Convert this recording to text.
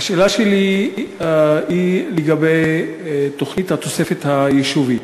השאלה שלי היא לגבי תוכנית התוספת היישובית.